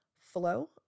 flow